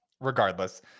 regardless